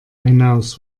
hinaus